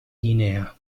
guinea